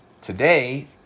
Today